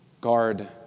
guard